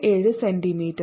67 centimetre